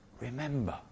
remember